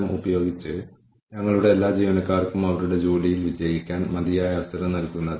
input process output scorecard എന്നത് ഒരു കാര്യം മറ്റൊന്നിൽ എങ്ങനെ അവസാനിക്കുന്നു എന്നതാണ്